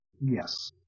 Yes